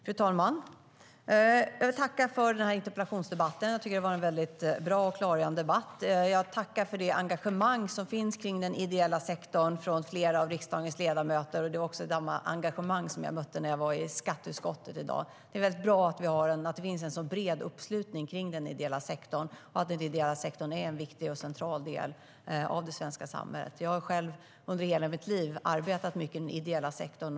Fru talman! Jag vill tacka för interpellationsdebatten. Det har varit en väldigt bra och klargörande debatt. Jag tackar för det engagemang som finns för den ideella sektorn från flera av riksdagens ledamöter. Det var också det engagemanget som jag mötte när jag var i skatteutskottet i dag. Det är väldigt bra att det finns en sådan bred uppslutning för den ideella sektorn. Den ideella sektorn är en viktig och central del av det svenska samhället. Jag har själv under hela mitt liv arbetat mycket i den ideella sektorn.